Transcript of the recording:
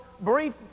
brief